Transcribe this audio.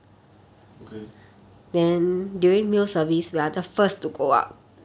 okay